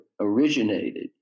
originated